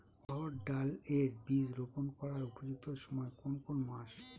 অড়হড় ডাল এর বীজ রোপন করার উপযুক্ত সময় কোন কোন মাস?